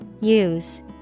Use